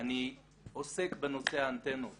אני עוסק בנושא האנטנות